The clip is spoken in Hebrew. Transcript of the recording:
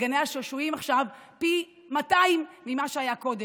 עכשיו פי 200 ממה שהיה קודם.